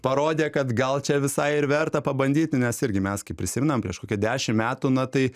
parodė kad gal čia visai ir verta pabandyt nes irgi mes kaip prisimenam prieš kokią dešim metų na tai